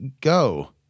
go